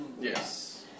yes